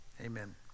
amen